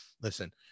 listen